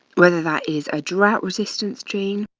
whether that is a drought resistant stream.